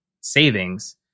savings